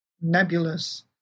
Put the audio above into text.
nebulous